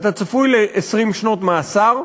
אתה צפוי ל-20 שנות מאסר.